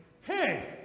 hey